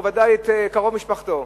או ודאי את קרוב משפחתו,